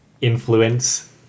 influence